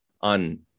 on